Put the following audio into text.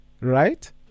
right